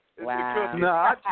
Wow